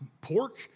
pork